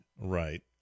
right